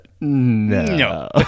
no